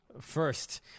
first